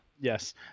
Yes